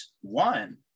one